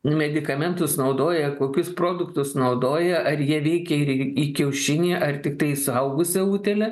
medikamentus naudoja kokius produktus naudoja ar jie veikia ir į į kiaušinį ar tiktai įsuaugusią utėlę